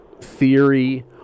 theory